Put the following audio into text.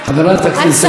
חברת הכנסת שלי יחימוביץ.